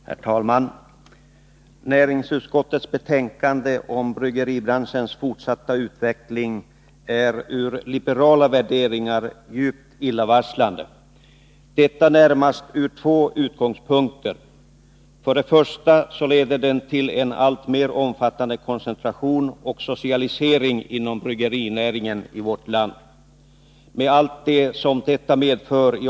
Herr talman! Näringsutskottets betänkande om bryggeribranschens fortsatta utveckling är med hänsyn till liberala värderingar djupt illavarslande, närmast ur två utgångspunkter. Först och främst leder regeringens förslag till en alltmer omfattande koncentration och socialisering inom bryggerinäringen i vårt land med allt som detta medför.